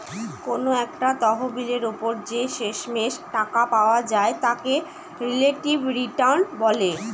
কোনো একটা তহবিলের ওপর যে শেষমেষ টাকা পাওয়া যায় তাকে রিলেটিভ রিটার্ন বলে